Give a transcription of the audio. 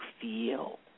feel